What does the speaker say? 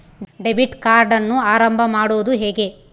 Debit ಕಾರ್ಡನ್ನು ಆರಂಭ ಮಾಡೋದು ಹೇಗೆ?